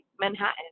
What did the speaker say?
Manhattan